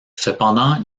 cependant